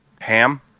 Ham